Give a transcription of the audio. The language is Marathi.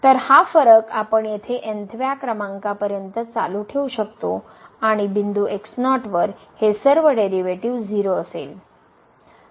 तर हा फरक आपण येथे n व्या क्रमांकापर्यंत चालू ठेवू शकतो आणि बिंदू x0 वर हे सर्व डेरीवेटीव 0 असेल